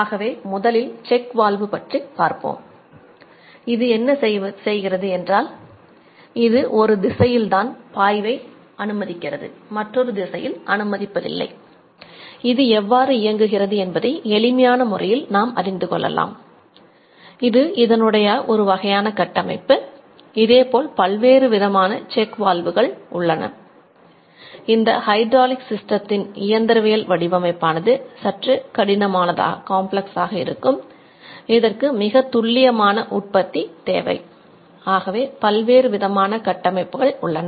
ஆகவே முதலில் check valve உள்ளன